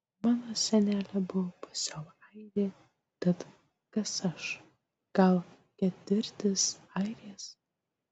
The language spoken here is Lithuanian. mano senelė buvo pusiau airė tad kas aš gal ketvirtis airės